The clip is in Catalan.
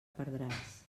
perdràs